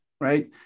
right